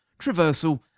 traversal